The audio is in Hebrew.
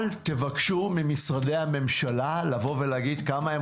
אל תבקשו ממשרדי הממשלה לבוא ולהגיד כמה הם